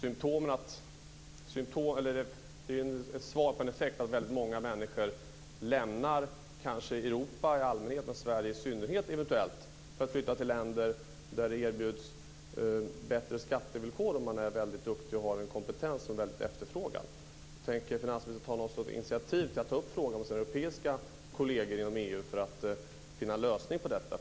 Det är ju ett svar på varför många människor lämnar Europa i allmänhet och Sverige i synnerhet för att flytta till länder där det erbjuds bättre skattevillkor om man är väldigt duktig och har en kompetens som är efterfrågad. Tänker finansministern ta initiativ till att ta upp frågan med sina europeiska kolleger inom EU för att finna en lösning på detta?